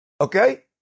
Okay